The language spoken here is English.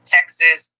Texas